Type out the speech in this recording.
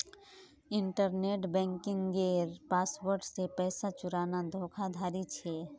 internet बन्किंगेर password से पैसा चुराना धोकाधाड़ी छे